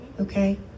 Okay